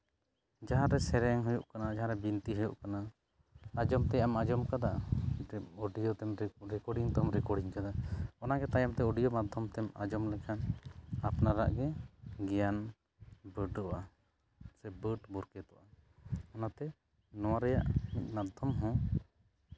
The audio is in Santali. ᱡᱟᱦᱟᱸᱨᱮ ᱥᱮᱨᱮᱧ ᱦᱩᱭᱩᱜ ᱠᱟᱱᱟ ᱡᱟᱦᱟᱸᱨᱮ ᱵᱤᱱᱛᱤ ᱦᱩᱭᱩᱜ ᱠᱟᱱᱟ ᱟᱸᱡᱚᱢ ᱛᱮᱭᱟᱜ ᱮᱢ ᱟᱸᱡᱚᱢ ᱠᱮᱫᱟ ᱚᱰᱤᱭᱳᱛᱮᱢ ᱨᱮᱠᱳᱰᱤᱝ ᱛᱮᱢ ᱨᱮᱠᱳᱰᱤᱝ ᱠᱟᱫᱟ ᱚᱱᱟᱜᱮ ᱛᱟᱭᱚᱢ ᱛᱮ ᱚᱰᱤᱭᱳ ᱢᱟᱫᱽᱫᱷᱚᱢ ᱛᱮᱢ ᱟᱸᱡᱚᱢ ᱞᱮᱠᱷᱟᱱ ᱟᱯᱱᱟᱨᱟᱜ ᱜᱮ ᱜᱮᱭᱟᱱ ᱵᱟᱹᱰᱚᱜᱼᱟ ᱥᱮ ᱵᱟᱹᱰ ᱵᱚᱨᱠᱮᱛᱚᱜᱼᱟ ᱚᱱᱟᱛᱮ ᱱᱚᱣᱟ ᱨᱮᱭᱟᱜ ᱢᱤᱫ ᱢᱟᱫᱽᱫᱷᱚᱢ ᱦᱚᱸ